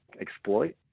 exploit